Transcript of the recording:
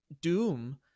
doom